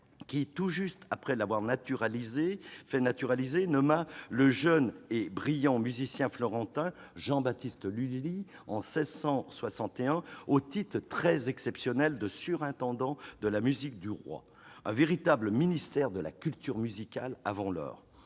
qui, tout juste après l'avoir fait naturaliser, nomma le jeune et brillant musicien florentin Jean-Baptiste Lully, en 1661, au titre très exceptionnel de surintendant de la musique du roi. Un véritable ministère de la culture musicale avant l'heure